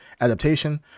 adaptation